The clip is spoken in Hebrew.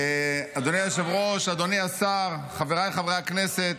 אדוני היושב-ראש, אדוני השר, חבריי חברי הכנסת,